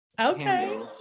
Okay